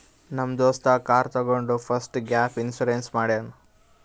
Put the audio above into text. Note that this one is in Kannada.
ನಮ್ ದೋಸ್ತ ಕಾರ್ ತಗೊಂಡ್ ಫಸ್ಟ್ ಗ್ಯಾಪ್ ಇನ್ಸೂರೆನ್ಸ್ ಮಾಡ್ಯಾನ್